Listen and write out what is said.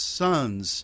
sons